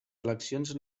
eleccions